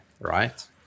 right